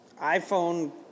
iPhone